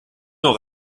nur